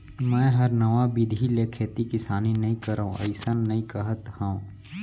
मैं हर नवा बिधि ले खेती किसानी नइ करव अइसन नइ कहत हँव